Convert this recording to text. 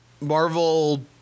Marvel